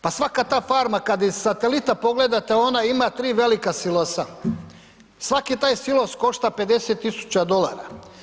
Pa svaka ta farma kad iz satelita pogledate, ona ima 3 velika silosa, svaki taj silos košta 50 000 dolara.